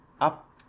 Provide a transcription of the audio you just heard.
up